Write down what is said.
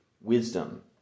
wisdom